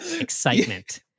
Excitement